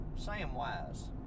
Samwise